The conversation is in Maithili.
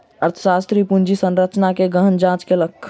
अर्थशास्त्री पूंजी संरचना के गहन जांच कयलक